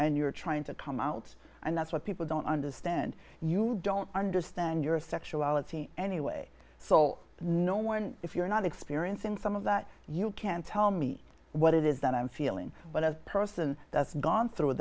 and you're trying to come out and that's what people don't understand you don't understand your sexuality anyway so no if you're not experiencing some of that you can't tell me what it is that i'm feeling but a person that's gone through